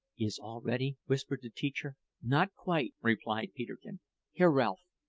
is all ready? whispered the teacher. not quite, replied peterkin here, ralph,